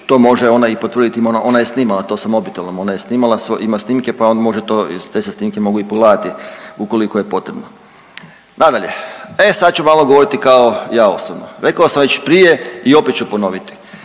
to može ona i potvrditi, ima ona, ona je snimala to sa mobitelom, ona je snimala, ima snimke, pa može to, te se snimke mogu i pogledati ukoliko je potrebno. Nadalje, e sad ću malo govoriti kao ja osobno. Rekao sam već prije i opet ću ponoviti.